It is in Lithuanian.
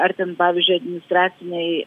ar ten pavyzdžiui administraciniai